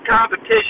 competition